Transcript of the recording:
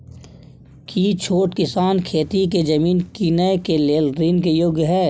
की छोट किसान खेती के जमीन कीनय के लेल ऋण के योग्य हय?